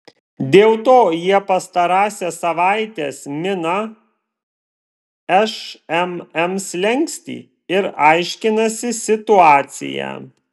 dėl to jie pastarąsias savaites mina šmm slenkstį ir aiškinasi situaciją